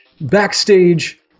Backstage